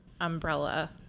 umbrella